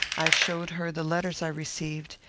i showed her the letters i received,